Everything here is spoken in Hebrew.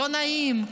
לא נעים,